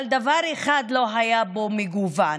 אבל דבר אחד לא היה בו מגוון,